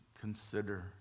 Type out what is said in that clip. consider